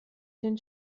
den